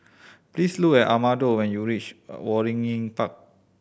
please look an Amado when you reach Waringin Park